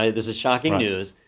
um this is shocking news.